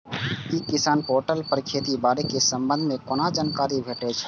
ई किसान पोर्टल पर खेती बाड़ी के संबंध में कोना जानकारी भेटय छल?